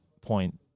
point